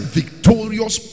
victorious